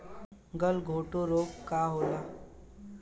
गलघोंटु रोग का होला?